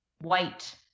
White